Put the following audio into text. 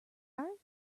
are